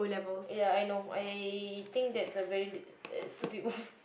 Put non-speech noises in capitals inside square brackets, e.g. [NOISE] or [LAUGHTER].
ya I know I think that's a very d~ uh stupid move [BREATH]